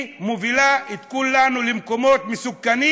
היא מובילה את כולנו למקומות מסוכנים,